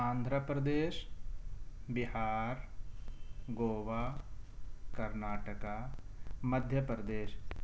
Andhra Pradesh Bihar Goa Karnataka Madhya Pradesh